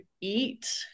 eat